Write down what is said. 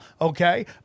okay